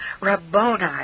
Rabboni